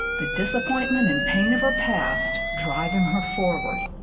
the disappointment and pain of her past drive in her foreword.